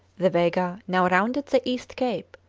the vega now rounded the east cape,